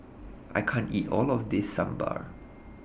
I can't eat All of This Sambar